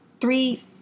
three